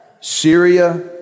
Syria